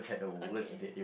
okay